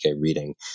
reading